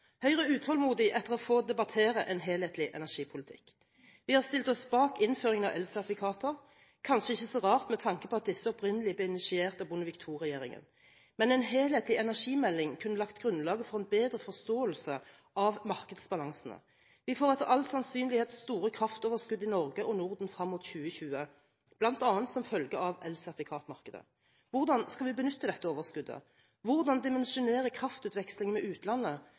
Høyre er utålmodig etter å få debattere en helhetlig energipolitikk. Vi har stilt oss bak innføringen av elsertifikater, kanskje ikke så rart med tanke på at disse opprinnelig ble initiert av Bondevik II-regjeringen, men en helhetlig energimelding kunne lagt grunnlaget for en bedre forståelse av markedsbalansene. Vi får etter all sannsynlighet store kraftoverskudd i Norge og Norden frem mot 2020, bl.a. som følge av elsertifikatmarkedet. Hvordan skal vi benytte dette overskuddet? Hvordan dimensjonere kraftutvekslingen med utlandet